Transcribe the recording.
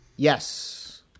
Yes